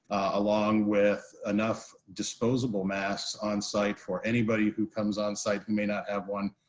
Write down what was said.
along with enough disposable mask onsite for anybody who comes onsite who may not have one,